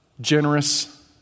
generous